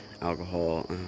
alcohol